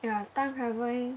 ya time travelling